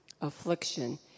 affliction